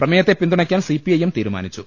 പ്രമേയത്തെ പിന്തുണക്കാൻ സിപിഐഎം തീരുമാനിച്ചു